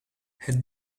het